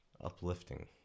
uplifting